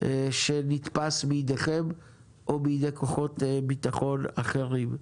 שנתפס בידיכם או בידי כוחות ביטחון אחרים.